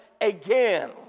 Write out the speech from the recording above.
again